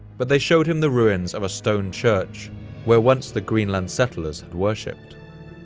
but they showed him the ruins of a stone church where once the greenland settlers had worshiped.